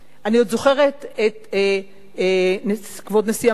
אני עוד זוכרת את כבוד נשיא המדינה,